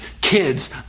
kids